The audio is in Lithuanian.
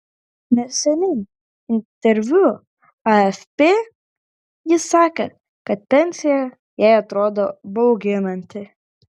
neseniai interviu afp ji sakė kad pensija jai atrodo bauginanti